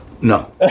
No